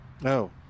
No